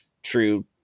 true